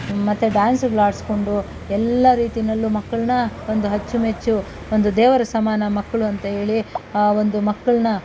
ಮತ್ತೆ ಡ್ಯಾನ್ಸ್ಗಳು ಆಡಿಸ್ಕೊಂಡು ಎಲ್ಲ ರೀತಿಯಲ್ಲೂ ಮಕ್ಕಳನ್ನ ಒಂದು ಅಚ್ಚು ಮೆಚ್ಚು ಒಂದು ದೇವರ ಸಮಾನ ಮಕ್ಕಳು ಅಂತ ಹೇಳಿ ಒಂದು ಮಕ್ಕಳನ್ನ